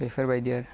बेफोर बाइदि आरो